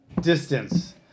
distance